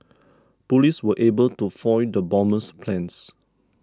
police were able to foil the bomber's plans